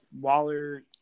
Waller